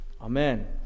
Amen